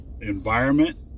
environment